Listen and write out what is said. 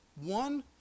one